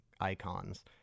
icons